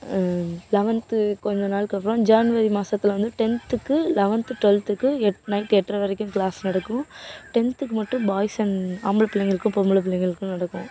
eleventh கொஞ்சம் நாளுக்கப்பறம் January மாசத்தில் வந்து டென்த்துக்கு லெவன்த்து டுவெல்த்துக்கு நைட் எட்ரை வரைக்கும் கிளாஸ் நடக்கும் டென்த்துக்கு மட்டும் பாய்ஸ் அண்ட் ஆம்பள பிள்ளைங்களுக்கும் பொம்பளை பிள்ளைங்களுக்கு நடக்கும்